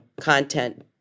content